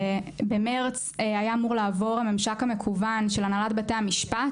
במרץ היה אמור לעבור הממשק המקוון של הנהלת בתי המשפט,